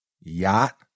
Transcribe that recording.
yacht